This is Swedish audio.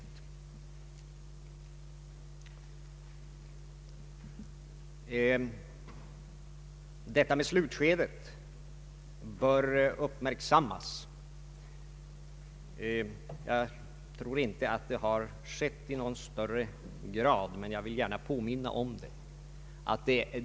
Jag vill gärna påminna om detta med slutskedet, ty jag tror inte att det har uppmärksammats i tillräcklig grad.